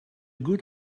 good